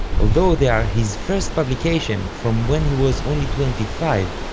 although they are his first publication from when he was only twenty five,